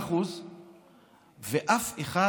מ-50% ואף אחד